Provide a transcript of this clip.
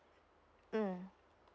mm